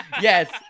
Yes